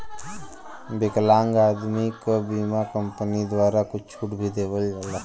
विकलांग आदमी के बीमा कम्पनी द्वारा कुछ छूट भी देवल जाला